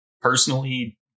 personally